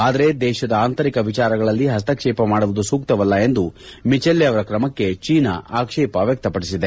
ಆದರೆ ದೇಶದ ಅಂತರಿಕ ವಿಚಾರಗಳಲ್ಲಿ ಹಸ್ತಕ್ಷೇಪ ಮಾಡುವುದು ಸೂಕ್ತವಲ್ಲ ಎಂದು ಮಿಜ್ವೆಲ್ಲೆ ಅವರ ಕ್ರಮಕ್ಕೆ ಚೀನಾ ಆಕ್ಷೇಪ ವ್ಯಕ್ತಪಡಿಸಿದೆ